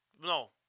No